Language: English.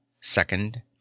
Second